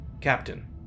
Captain